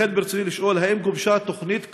לכן, ברצוני לשאול: 1. האם גובשה תוכנית כאמור?